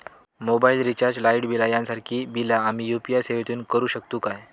Mobile recharge, light bill यांसारखी बिला आम्ही यू.पी.आय सेवेतून करू शकतू काय?